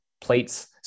plates